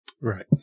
Right